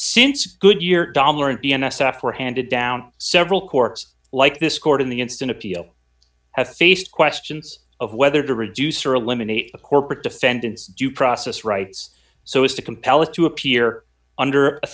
since goodyear dahmer and the n s f were handed down several courts like this court in the instant appeal have faced questions of whether to reduce or eliminate the corporate defendants due process rights so as to compel it to appear under a